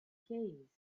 keys